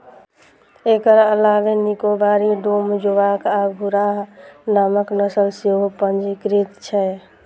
एकर अलावे निकोबारी, डूम, जोवॉक आ घुर्राह नामक नस्ल सेहो पंजीकृत छै